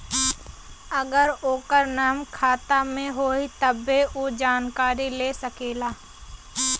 अगर ओकर नाम खाता मे होई तब्बे ऊ जानकारी ले सकेला